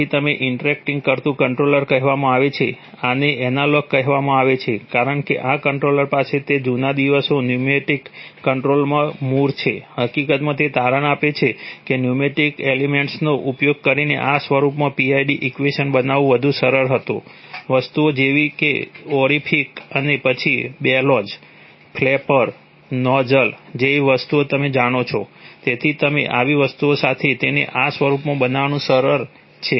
તેથી જ તેને ઇન્ટરેક્ટિંગ કરતું કંટ્રોલર કહેવામાં આવે છે આને એનાલોગ જેવી વસ્તુઓ તમે જાણો છો તેથી તમે આવી વસ્તુઓ સાથે તેને આ સ્વરૂપમાં બનાવવું સરળ છે